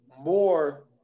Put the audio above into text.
more